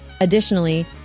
Additionally